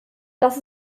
das